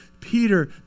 Peter